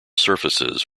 surfaces